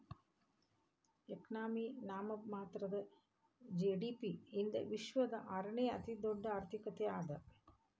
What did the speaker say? economy ನಾಮಮಾತ್ರದ GDP ಯಿಂದ ವಿಶ್ವದ ಆರನೇ ಅತಿದೊಡ್ಡ್ ಆರ್ಥಿಕತೆ ಅದ